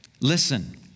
Listen